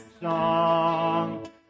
song